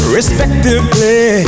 Respectively